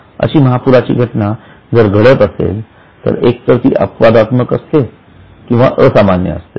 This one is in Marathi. अशी महापुराची घटना जर घडत असेल तर एकतर ती अपवादात्मक असते किंवा असामान्य असते